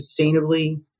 sustainably